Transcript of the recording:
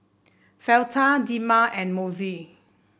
Fleta Dema and Mossie